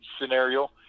scenario